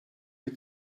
mit